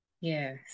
Yes